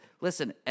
listen